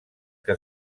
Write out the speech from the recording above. que